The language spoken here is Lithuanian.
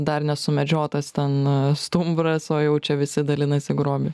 dar nesumedžiotas ten stumbras o jau čia visi dalinasi grobį